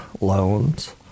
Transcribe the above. loans